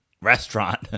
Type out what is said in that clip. restaurant